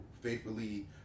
faithfully